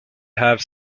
have